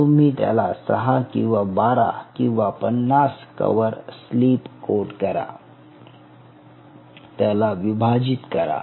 तुम्ही त्याला सहा किंवा बारा किंवा पन्नास कव्हर स्लिप कोट करा त्याला विभाजित करा